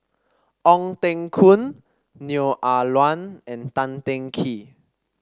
Ong Teng Koon Neo Ah Luan and Tan Teng Kee